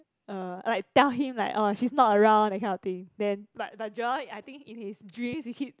uh like tell him like orh she's not around that kind of thing then like like Joel I think in his dreams he keep